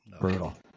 brutal